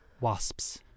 Wasps